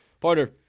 Partner